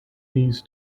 needs